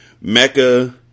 Mecca